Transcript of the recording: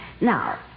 Now